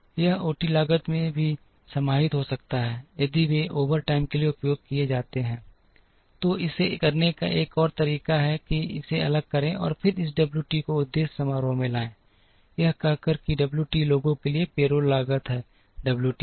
यह ओटी लागत में भी समाहित हो सकता है यदि वे ओवरटाइम के लिए उपयोग किए जाते हैं तो इसे करने का एक और तरीका है कि इसे अलग करें और फिर इस डब्ल्यू टी को उद्देश्य समारोह में लाएं यह कहकर कि डब्ल्यू टी लोगों के लिए पेरोल लागत है डब्ल्यू टी में